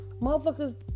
Motherfuckers